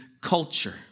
culture